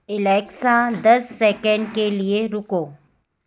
Alexa दस second के लिए रुको